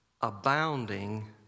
abounding